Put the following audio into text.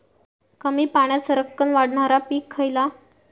कमी पाण्यात सरक्कन वाढणारा पीक खयला?